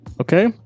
Okay